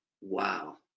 wow